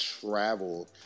travel